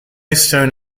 stone